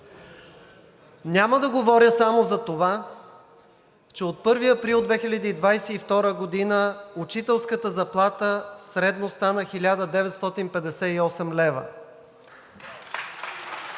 Няма да говоря само за това, че от 1 април 2022 г. учителската заплата средно стана 1958 лв. (Възгласи